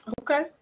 Okay